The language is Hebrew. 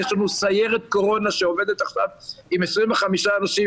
יש לנו סיירת קורונה שעובדת עכשיו עם 25 אנשים,